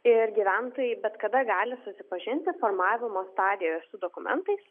ir gyventojai bet kada gali susipažinti formavimo stadijoje su dokumentais